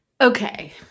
Okay